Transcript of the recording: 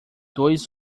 dois